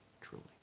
truly